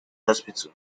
hospital